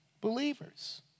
believers